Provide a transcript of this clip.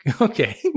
Okay